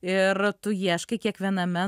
ir tu ieškai kiekviename